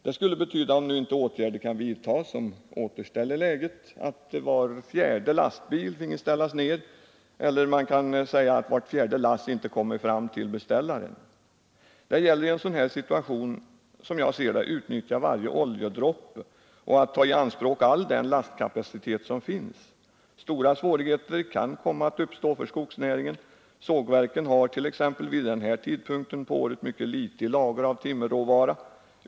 Det skulle betyda, om nu inte åtgärder kan vidtagas som återställer läget, att var fjärde lastbil finge ställas in eller att vart fjärde lass inte kommer fram till beställaren. Det gäller i en sådan här situation att, som jag ser det, utnyttja varje oljedroppe och ta i anspråk all den lastkapacitet som finns. Stora svårigheter kan komma att uppstå för skogsnäringen. Sågverken har t.ex. vid den här tidpunkten på året ytterst litet i lager av timmerråvara.